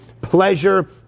pleasure